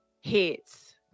hits